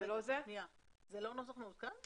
זה לא נוסח מעודכן?